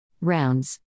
Rounds